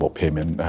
payment